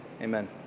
Amen